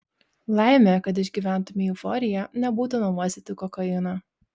laimė kad išgyventumei euforiją nebūtina uostyti kokainą